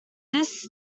this